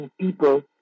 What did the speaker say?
people